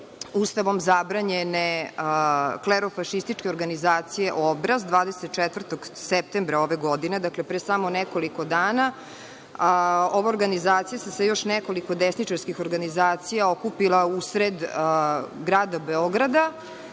Ustavom zabranjene klerofašističke organizacije „Obraz“ 24. septembra ove godine. Dakle pre samo nekoliko dana ova organizacija se sa još nekoliko desničarskih organizacija okupila usred grada Beograda